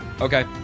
okay